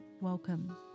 Welcome